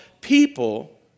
people